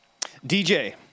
DJ